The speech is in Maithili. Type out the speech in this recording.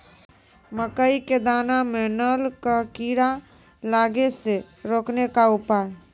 मकई के दाना मां नल का कीड़ा लागे से रोकने के उपाय?